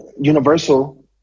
Universal